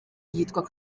yitwa